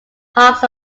hawks